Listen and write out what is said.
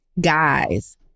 guys